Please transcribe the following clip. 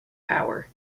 power